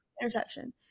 Interception